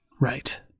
Right